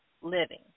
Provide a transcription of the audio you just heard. Living